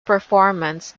performance